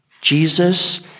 Jesus